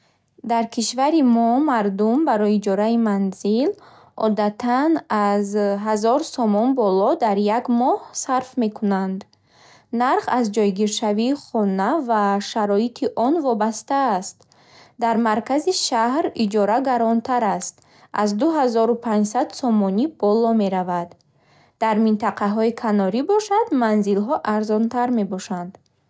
Дар кишвари мо мардум барои иҷораи манзил одатан аз ҳазор сомон боло дар як моҳ сарф мекунанд. Нарх аз ҷойгиршавии хона ва шароити он вобаста аст. Дар маркази шаҳр иҷора гаронтар аст, аз дуҳазору панҷсад сомонӣ боло меравад. Дар минтақаҳои канорӣ бошад, манзилҳо арзонтар мебошанд.